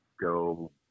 go